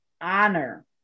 honor